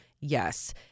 Yes